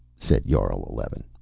said jarl eleven.